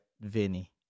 Vinny